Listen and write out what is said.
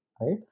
right